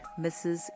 Mrs